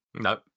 No